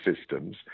systems